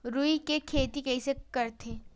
रुई के खेती कइसे करथे?